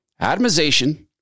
Atomization